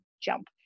jump